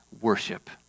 worship